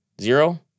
Zero